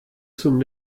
zum